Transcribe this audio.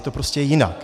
Je to prostě jinak.